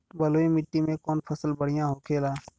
बलुई मिट्टी में कौन फसल बढ़ियां होखे ला?